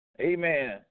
Amen